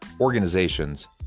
organizations